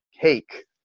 cake